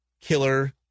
killer